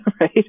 Right